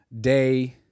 day